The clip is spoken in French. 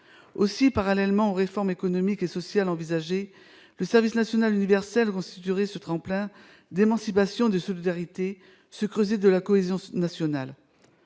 Aussi, parallèlement aux réformes économiques et sociales envisagées, le service national universel constituerait un tremplin d'émancipation et de solidarité, ce creuset de la cohésion nationale.